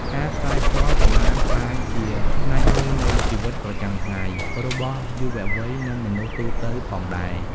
ការផ្សាយផ្ទាល់ក៏បានក្លាយជាផ្នែកមួយនៃជីវិតប្រចាំថ្ងៃរបស់យុវវ័យនិងមនុស្សទូទៅផងដែរ។